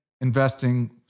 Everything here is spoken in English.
investing